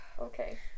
Okay